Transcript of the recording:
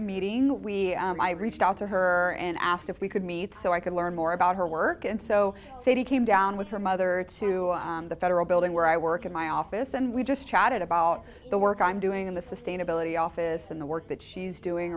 meeting we reached out to her and asked if we could meet so i could learn more about her work and so city came down with her mother to the federal building where i work in my office and we just chatted about the work i'm doing in the sustainability office and the work that she's doing